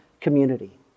community